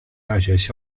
大学